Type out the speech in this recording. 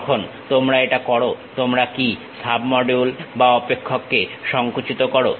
যখন তোমরা এটা করো তোমরা কি সাবমডিউল বা অপেক্ষককে সংকুচিত করো